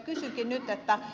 kysynkin nyt